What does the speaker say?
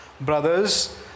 brothers